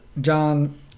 John